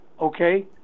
okay